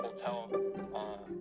Hotel